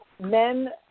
men